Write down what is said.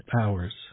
hours